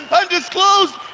undisclosed